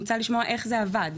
מוצע לשמוע איך זה עבד.